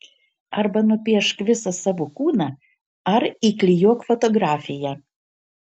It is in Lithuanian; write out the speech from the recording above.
arba nupiešk visą savo kūną ar įklijuok fotografiją